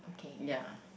ya